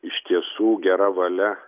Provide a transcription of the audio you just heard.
iš tiesų gera valia